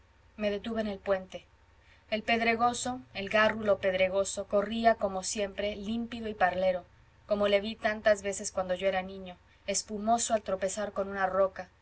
me detuve en el puente el pedregoso el gárrulo pedregoso corría como siempre límpido y parlero como le vi tantas veces cuando era yo niño espumoso al tropezar con una roca